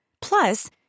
Plus